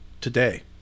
today